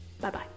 Bye-bye